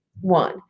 one